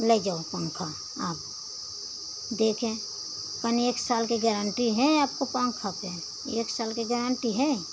लई जाओ पंखा आप देखे कहा एक साल के गारंटी है आपको पंखा पे एक साल की गारंटी है